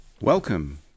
Welcome